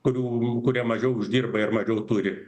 kurių kurie mažiau uždirba ir mažiau turi